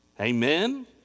Amen